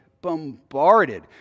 bombarded